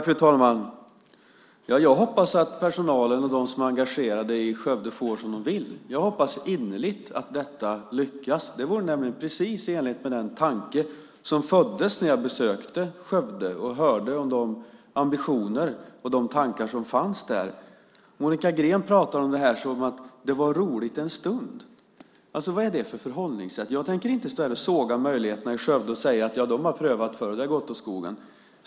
Fru talman! Jag hoppas att personalen och de som är engagerade i Skövde får som de vill. Jag hoppas innerligt att detta lyckas. Det vore helt i enlighet med den tanke som föddes när jag besökte Skövde och hörde om de ambitioner och de tankar som fanns där. Monica Green talar om det och säger: Det var roligt en stund. Vad är det för förhållningssätt? Jag tänker inte stå här och såga möjligheterna i Skövde och säga: Det har vi prövat förut, och det har gått åt skogen.